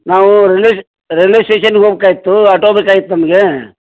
ನಾವು ರೈಲೆ ಶ್ ರೈಲ್ವೆ ಸ್ಟೇಷನ್ಗೆ ಹೋಗ್ಬಕಾಯಿತ್ತು ಆಟೋ ಬೇಕಾಗಿತ್ ನಮಗೆ